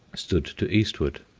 stood to eastward.